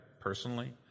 personally